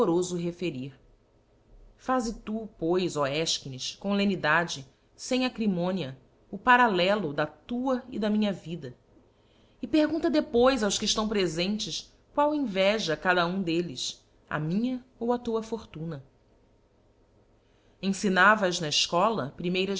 indecorofo referir faze tu pois ó efchines com lenidade fem acrimonia o parallelo da tua e da minha vida e pergunta depois fios que eftão prefentes qual inveja cada um d'dles a minha ou a tua fortuna eníinavas na eícola primeiras